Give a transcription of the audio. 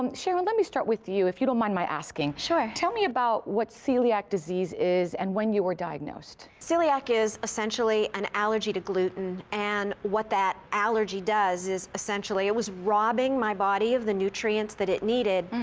um sharon, let me start with you, if you don't mind my asking. sure. tell me about what celiac disease is and when you were diagnosed. celiac is essentially and allergy to gluten and what that allergy does is essentially, it was robbing my body of the nutrients that it needed.